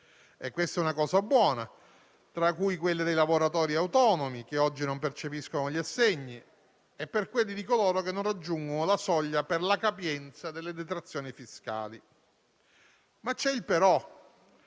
- questa è una cosa buona - tra cui quelle dei lavoratori autonomi, che oggi non percepiscono gli assegni, e per coloro che non raggiungono la soglia di capienza per le detrazioni fiscali. C'è un «però»: